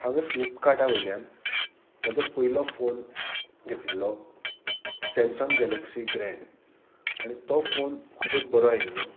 हांवें फ्लिपकार्टा वयल्यान म्हजो पयलो फोन घेतिल्लो सॅमसंग गॅलक्सी ग्रँड आनी तो फोन खुबूच बरो आयिल्लो